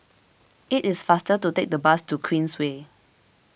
it is faster to take the bus to Queensway